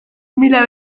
mila